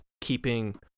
keeping